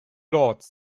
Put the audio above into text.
lords